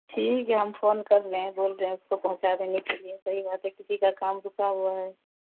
ٹھیک ہے ہم فون کر رہے ہیں بول رہے ہیں اس کو پہنچا دینے کے لیے صحیح بات ہے کسی کا کام رکا ہوا ہے